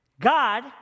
God